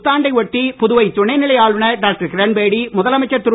புத்தாண்டை ஒட்டி புதுவை துணைநிலை ஆளுநர் டாக்டர் கிரண்பேடி முதலமைச்சர் திரு